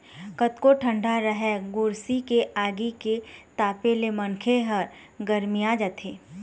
कतको ठंडा राहय गोरसी के आगी के तापे ले मनखे ह गरमिया जाथे